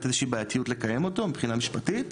איזושהי בעייתיות לקיים אותו מבחינה משפטית.